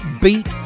beat